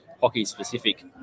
hockey-specific